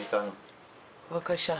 בבקשה.